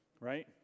right